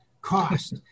Cost